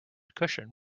cushion